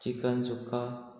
chicken सुका